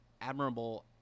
admirable